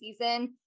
season